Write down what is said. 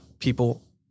people